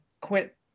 quit